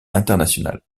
internationale